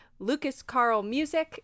lucascarlmusic